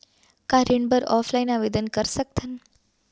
का ऋण बर ऑफलाइन आवेदन कर सकथन?